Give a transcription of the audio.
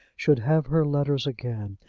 should have her letters again,